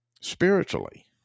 spiritually